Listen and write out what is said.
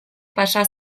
pasa